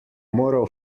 moral